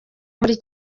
muri